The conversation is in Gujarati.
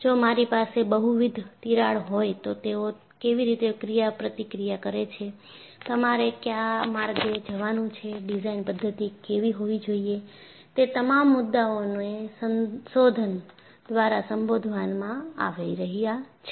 જો મારી પાસે બહુવિધ તિરાડ હોય તો તેઓ કેવી રીતે ક્રિયાપ્રતિક્રિયા કરે છે તમારે કયા માર્ગે જવાનું છે ડિઝાઇન પદ્ધતિ કેવી હોવી જોઈએ તે તમામ મુદ્દાઓને સંશોધન દ્વારા સંબોધવામાં આવી રહ્યા છે